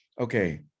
okay